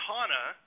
Hana